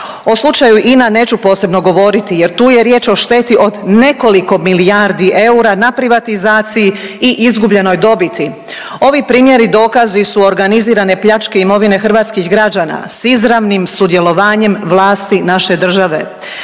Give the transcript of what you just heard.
O slučaju INA neću posebno govoriti jer tu je riječ o šteti od nekoliko milijardi eura na privatizaciji i izgubljenoj dobiti. Ovi primjeri dokazi su organizirane pljačke imovine hrvatskih građana s izravnim sudjelovanjem vlasti naše države.